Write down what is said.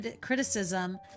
criticism